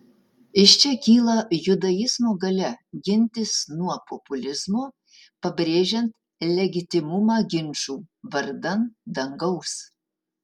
iš čia kyla judaizmo galia gintis nuo populizmo pabrėžiant legitimumą ginčų vardan dangaus